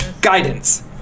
Guidance